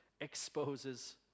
exposes